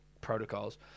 Protocols